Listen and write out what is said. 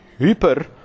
hyper